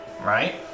Right